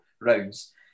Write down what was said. rounds